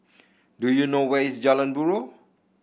do you know where is Jalan Buroh